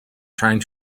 trying